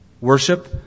Worship